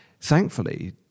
Thankfully